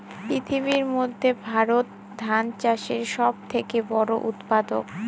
পৃথিবীর মধ্যে ভারত ধান চাষের সব থেকে বড়ো উৎপাদক